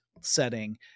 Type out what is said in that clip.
setting